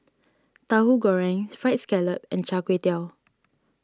Tauhu Goreng Fried Scallop and Char Kway Teow